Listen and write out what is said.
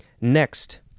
Next